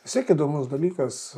vis tiek įdomus dalykas